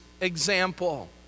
example